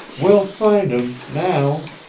we'll find him now.